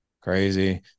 Crazy